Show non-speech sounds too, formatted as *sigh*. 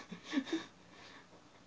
*laughs*